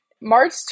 March